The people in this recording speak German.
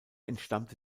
entstammte